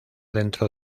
dentro